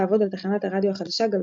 התחיל לעבוד על תחנת הרדיו החדשה "גלגלצ".